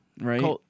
Right